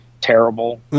terrible